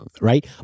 right